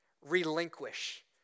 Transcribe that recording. relinquish